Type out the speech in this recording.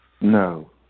No